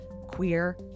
Queer